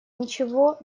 ничего